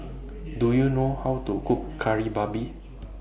Do YOU know How to Cook Kari Babi